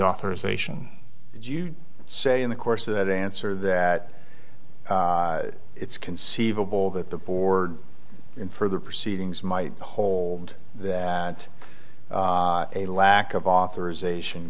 authorization did you say in the course of that answer that it's conceivable that the board in further proceedings might hold that a lack of authorization